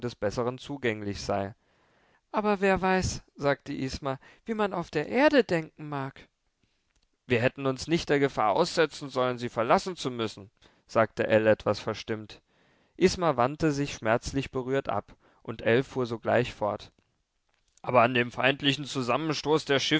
des besseren zugänglich sei aber wer weiß sagte isma wie man auf der erde denken mag wir hätten uns nicht der gefahr aussetzen sollen sie verlassen zu müssen sagte ell etwas verstimmt isma wandte sich schmerzlich berührt ab und ell fuhr sogleich fort aber an dem feindlichen zusammenstoß der